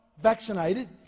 vaccinated